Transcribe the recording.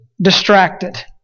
distracted